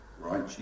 Right